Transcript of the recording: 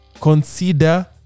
consider